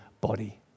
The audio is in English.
body